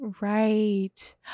Right